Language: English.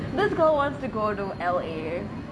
this girl wants to go to L_A